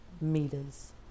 meters